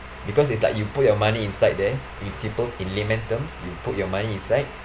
because is like you put your money inside there with simple in layman terms you put your money inside